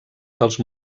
dels